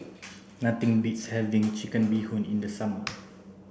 nothing beats having chicken bee hoon in the summer